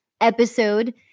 episode